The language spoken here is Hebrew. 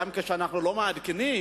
גם כשאנחנו לא מעדכנים